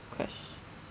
ques~